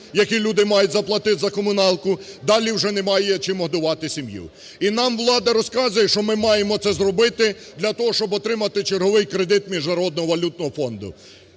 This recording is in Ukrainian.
які люди мають заплатити за комуналку, далі вже немає чим годувати сім'ю. І нам влада розказує, що ми маємо це зробити для того, щоб отримати черговий кредит Міжнародного валютного фонду.